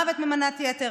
מוות ממנת יתר.